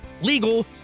legal